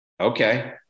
okay